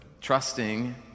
trusting